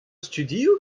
studioù